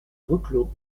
reclos